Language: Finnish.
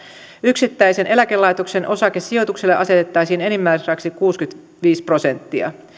yksittäisen eläkelaitoksen osakesijoitukselle asetettaisiin enimmäisrajaksi kuusikymmentäviisi prosenttia